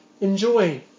enjoy